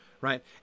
right